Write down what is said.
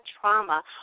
trauma